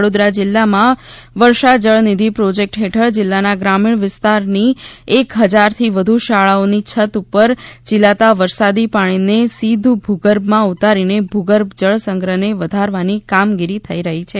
વડોદરા જીલ્લામાં વર્ષા જળનિધી પ્રોજ્કેટ હેઠળ જીલ્લાના ગ્રામીણ વિસ્તારની એક હજારથી વધુ શાળાઓની છત ઉપર ઝીલાતા વરસાદી પાણીમે સીધુ ભૂગર્ભમાં ઉતારીને ભુગર્ભ જળસંગ્રહને વધારવાની કામગીરી થઈ રહી છે